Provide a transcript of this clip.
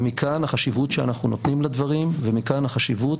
ומכאן החשיבות שאנחנו נותנים לדברים ומכאן החשיבות